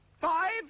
Five